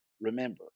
remember